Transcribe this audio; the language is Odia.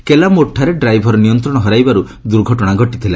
କେଲା ମୋଡ଼ଠାରେ ଡ୍ରାଇଭର୍ ନିୟନ୍ତ୍ରଣ ହରାଇବାରୁ ଦୁର୍ଘଟଣା ଘଟିଥିଲା